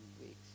weeks